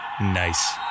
Nice